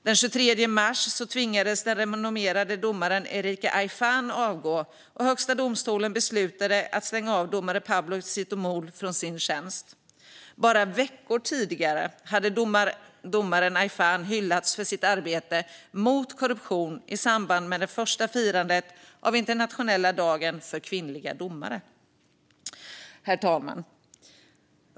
Den 23 mars tvingades den renommerade domaren Erika Aifán avgå, och högsta domstolen beslutade att stänga av domare Pablo Xitumul från hans tjänst. Bara veckor tidigare hade domare Aifán hyllats för sitt arbete mot korruption i samband med det första firandet av den internationella dagen för kvinnliga domare. Herr talman!